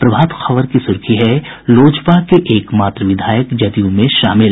प्रभात खबर की सुर्खी है लोजपा के एक मात्र विधायक जदयू में शामिल